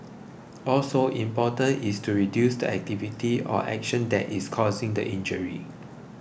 also important is to reduce the activity or action that is causing the injury